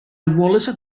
wallace